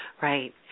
Right